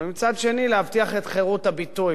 אבל מצד שני להבטיח את חירות הביטוי